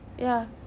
ya